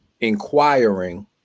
inquiring